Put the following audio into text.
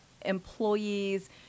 employees